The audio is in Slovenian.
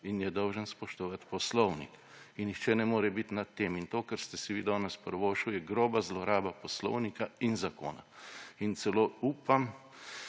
in je dolžan spoštovati poslovnik in nihče ne more biti nad tem. In to, kar ste si vi danes privoščili, je groba zloraba poslovnika in zakona. In celo upam,